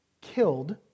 killed